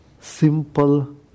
simple